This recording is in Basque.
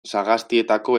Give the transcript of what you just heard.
sagastietako